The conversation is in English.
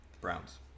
Browns